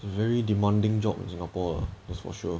very demanding job in singapore that's for sure